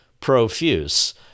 profuse